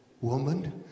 woman